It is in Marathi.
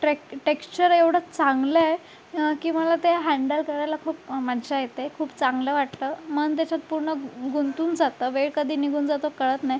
ट्रॅक टेक्स्चर एवढं चांगलं आहे की मला ते हँडल करायला खूप मज्जा येते खूप चांगलं वाटतं मन त्याच्यात पूर्ण गुंतून जातं वेळ कधी निघून जातो कळत नाही